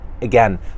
again